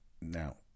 Now